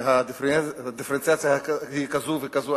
שהדיפרנציאציה היא כזאת וכזאת.